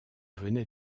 venait